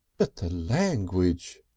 but the language!